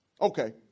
Okay